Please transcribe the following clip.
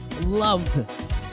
loved